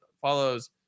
follows